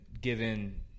given